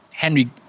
Henry